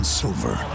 silver